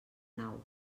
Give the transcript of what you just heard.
nau